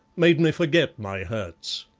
made me forget my hurts.